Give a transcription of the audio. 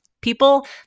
people